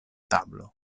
tablo